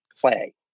play